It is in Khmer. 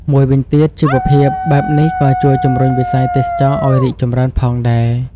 មួយវិញទៀត ជីវភាពបែបនេះក៏ជួយជំរុញវិស័យទេសចរណ៍ឲ្យរីកចម្រើនផងដែរ។